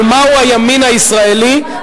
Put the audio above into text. על מהו הימין הישראלי,